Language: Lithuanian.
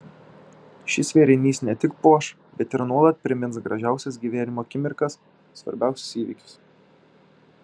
šis vėrinys ne tik puoš bet ir nuolat primins gražiausias gyvenimo akimirkas svarbiausius įvykius